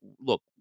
look